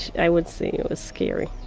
i would say it was scary.